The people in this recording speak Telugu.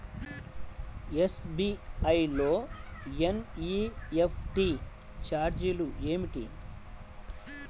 ఎస్.బీ.ఐ లో ఎన్.ఈ.ఎఫ్.టీ ఛార్జీలు ఏమిటి?